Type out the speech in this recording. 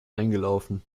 eingelaufen